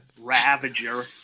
Ravager